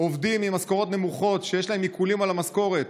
עובדים עם משכורות נמוכות שיש להם עיקולים על המשכורת,